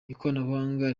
ikoranabuhanga